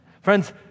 Friends